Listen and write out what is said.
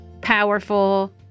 powerful